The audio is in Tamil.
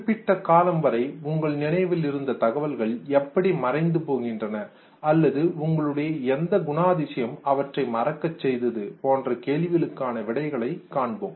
குறிப்பிட்ட காலம் வரை உங்கள் நினைவில் இருந்த தகவல்கள் எப்படி மறைந்து போகின்றன அல்லது உங்களுடைய எந்த குணாதிசியம் அவற்றை மறக்கச் செய்தது போன்ற கேள்விகளுக்கான விடைகளை காண்போம்